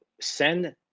send